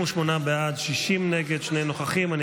38 בעד, 60 נגד, שני נוכחים.